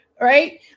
right